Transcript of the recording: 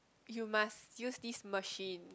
you must use this machine